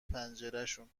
پنجرشون